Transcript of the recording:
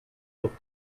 auf